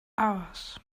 hours